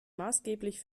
maßgeblich